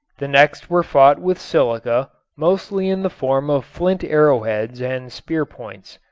the next were fought with silica, mostly in the form of flint arrowheads and spear-points.